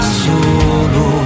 solo